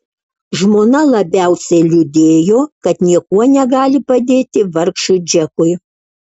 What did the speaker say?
žmona labiausiai liūdėjo kad niekuo negali padėti vargšui džekui